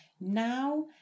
Now